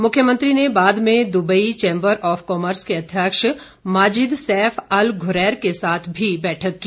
मुख्यमंत्री ने बाद में दुबई चैम्बर ऑफ कॉमर्स के अध्यक्ष माजिद सैफ अल घुरैर के साथ भी बैठक की